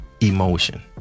emotion